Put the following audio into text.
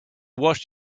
washed